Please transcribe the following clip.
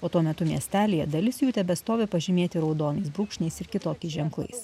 o tuo metu miestelyje dalis jų tebestovi pažymėti raudonais brūkšniais ir kitokiais ženklais